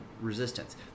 resistance